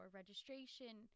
registration